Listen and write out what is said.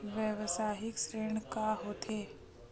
व्यवसायिक ऋण का होथे?